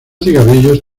cigarrillos